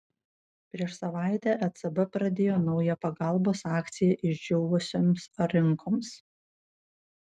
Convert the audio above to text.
prieš savaitę ecb pradėjo naują pagalbos akciją išdžiūvusioms rinkoms